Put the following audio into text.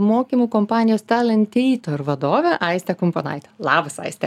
mokymų kompanijos talentator vadovę aistę kumponaitę labas aiste